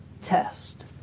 test